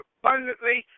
abundantly